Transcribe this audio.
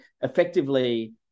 effectively